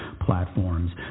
platforms